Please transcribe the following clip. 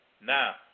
Now